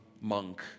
monk